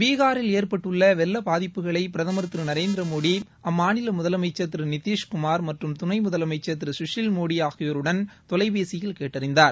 பீகாரில் ஏற்பட்டுள்ள வெள்ள பாதிப்புகளை பிரதமர் திரு நரேந்திர மோடி அம்மாநில முதலமைச்சர் திரு நிதிஷ்குமார் மற்றும் துணை முதலமைச்சர் திரு குஷில் மோடி ஆகியோருடன் தொலைபேசியில் கேட்டறிந்தார்